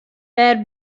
wêr